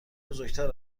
بزرگتر